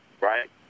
right